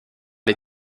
les